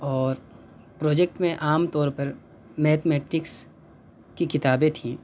اور پروجیکٹ میں عام طور پر میتھ میٹکس کی کتابیں تھیں